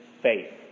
faith